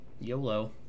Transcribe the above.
YOLO